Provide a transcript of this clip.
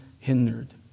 hindered